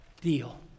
deal